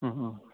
ओह ओह